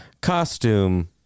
costume